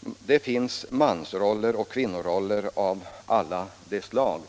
Det finns mer eller mindre medvetna mansroller och kvinnoroller av alla de slag.